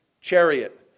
chariot